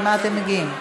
למה אתם מגיעים?